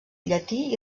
llatí